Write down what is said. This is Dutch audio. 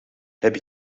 heb